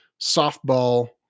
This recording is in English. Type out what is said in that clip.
softball